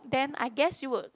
then I guess you would